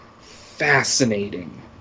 fascinating